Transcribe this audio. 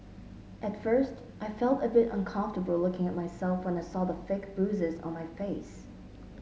at first I felt a bit uncomfortable looking at myself when I saw the fake bruises on my face